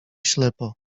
ślepo